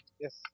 Yes